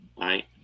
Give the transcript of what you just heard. Right